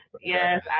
Yes